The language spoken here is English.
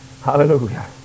Hallelujah